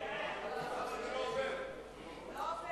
ההצעה להסיר מסדר-היום